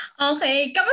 Okay